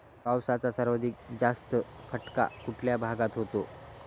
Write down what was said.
पावसाचा सर्वाधिक जास्त फटका कुठल्या भागात होतो?